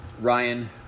Ryan